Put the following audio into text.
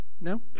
No